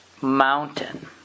mountain